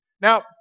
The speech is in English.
Now